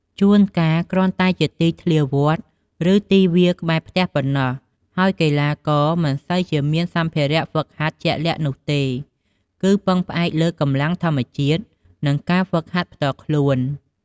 ជួនកាលគ្រាន់តែជាទីធ្លាវត្ត ឬទីវាលក្បែរផ្ទះប៉ុណ្ណោះ ហើយកីឡាករមិនសូវជាមានសម្ភារៈហ្វឹកហាត់ជាក់លាក់នោះទេ គឺពឹងផ្អែកលើកម្លាំងធម្មជាតិ និងការហ្វឹកហាត់ផ្ទាល់ខ្លួន។